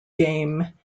game